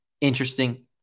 Interesting